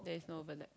there is no overlap